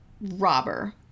robber